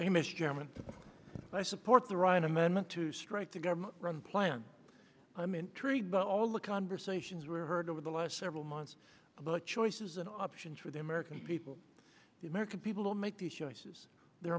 misjudgment and i support the ryan amendment to strike the government run plan i'm intrigued by all the conversations were heard over the last several months about choices and options for the american people the american people will make the choices their